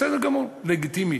בסדר גמור, לגיטימי.